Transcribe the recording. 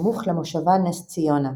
סמוך למושבה נס-ציונה.